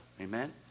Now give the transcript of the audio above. amen